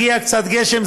הגיע קצת גשם,